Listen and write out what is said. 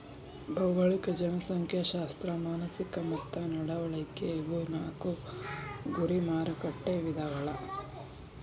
ಭೌಗೋಳಿಕ ಜನಸಂಖ್ಯಾಶಾಸ್ತ್ರ ಮಾನಸಿಕ ಮತ್ತ ನಡವಳಿಕೆ ಇವು ನಾಕು ಗುರಿ ಮಾರಕಟ್ಟೆ ವಿಧಗಳ